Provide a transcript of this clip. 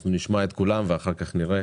אנחנו נשמע את כולם ואחר כך נראה